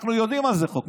אנחנו יודעים מה זה חוק.